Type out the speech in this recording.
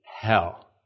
hell